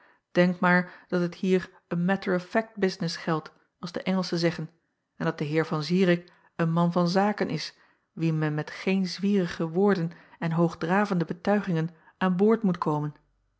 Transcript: denk maar dat het hier een matter of fact business geldt als de ngelschen zeggen en dat de eer an irik een man van zaken is wien men met geen zwierige woorden en hoogdravende betuigingen aan boord moet komen